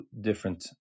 different